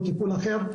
או טיפול אחר,